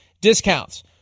discounts